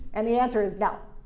and the answer is no.